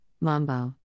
Mambo